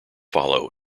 follow